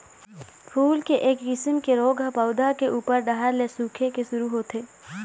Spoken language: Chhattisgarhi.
फूल के एक किसम के रोग ह पउधा के उप्पर डहर ले सूखे के शुरू होथे